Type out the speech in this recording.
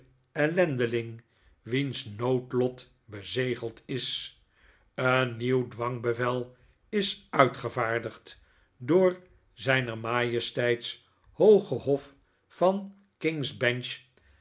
ellendeling wiens noodlot bezegeld is een nieuw dwangbevel is uitgevaardigd door zijner majesteits hooge hof van king's